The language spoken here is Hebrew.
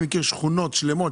אני מכיר שכונות שלמות